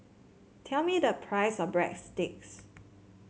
tell me the price of Breadsticks